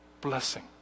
blessing